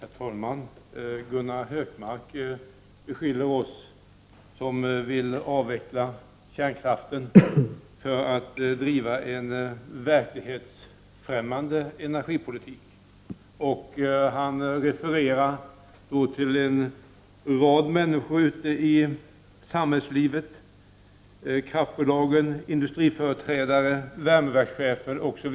Herr talman! Gunnar Hökmark beskyller oss som vill avveckla kärnkraften för att driva en verklighetsfrämmande energipolitik, och han refererar till en rad människor ute i samhällslivet, kraftbolagen, industriföreträdare, värmeverkschefer m.fl.